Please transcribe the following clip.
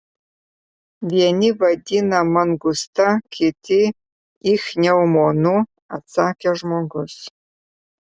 vieni vadina mangusta kiti ichneumonu atsakė žmogus